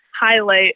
highlight